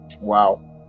Wow